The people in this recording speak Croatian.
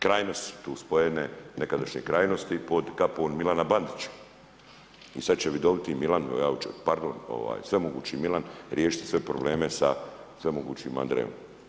Krajnosti su tu spojene, nekadašnje krajnosti pod kapom Milana Bandića i sad će vidoviti Milan, pardon svemogući Milan riješiti sve probleme sa svemogućim Andrejom.